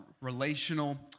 relational